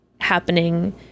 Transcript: happening